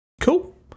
cool